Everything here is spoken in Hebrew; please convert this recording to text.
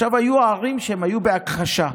היו ערים שהיו בהכחשה.